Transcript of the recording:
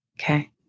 Okay